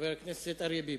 חבר הכנסת אריה ביבי.